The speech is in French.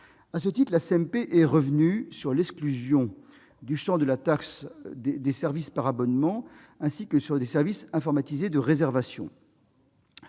mixte paritaire est revenue sur l'exclusion du champ de la taxe des services par abonnement, ainsi que des systèmes informatisés de réservation.